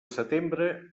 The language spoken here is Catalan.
setembre